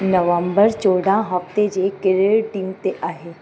नवम्बर चोॾहं हफ़्ते जे कहिड़े ॾींहं ते आहे